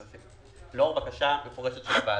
לאור הבקשה המפורשת של הוועדה.